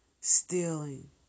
stealing